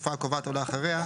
בתקפה הקובעת או לאחריה,